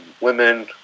women